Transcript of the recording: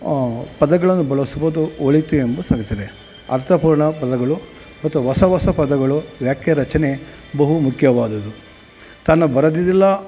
ಪದಗಳನ್ನು ಬಳಸುವುದು ಒಳಿತು ಎಂದು ತಿಳಿಯುತ್ತದೆ ಅರ್ಥಪೂರ್ಣ ಪದಗಳು ಮತ್ತು ಹೊಸ ಹೊಸ ಪದಗಳು ವ್ಯಾಖ್ಯೆ ರಚನೆ ಬಹುಮುಖ್ಯವಾದದ್ದು ತನ್ನ ಬರೆದಿದೆಲ್ಲ